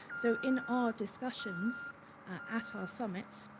so in our discussions at our summit,